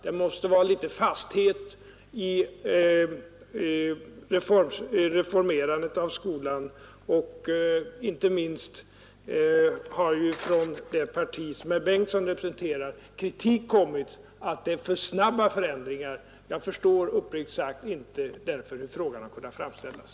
Det måste vara litet fasthet i skolans reformering. Inte minst har kritik kommit från det parti herr Karl Bengtsson i Varberg representerar för att det varit för snabba förändringar. Uppriktigt sagt förstår jag därför inte hur frågan kunnat framställas.